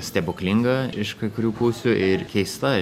stebuklinga iš kai kurių pusių ir keista